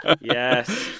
Yes